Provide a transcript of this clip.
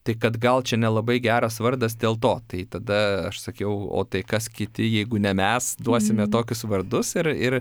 tai kad gal čia nelabai geras vardas dėl to tai tada aš sakiau o tai kas kiti jeigu ne mes duosime tokius vardus ir ir